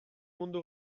mundu